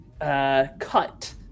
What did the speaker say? cut